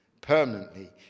permanently